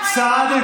סעדי,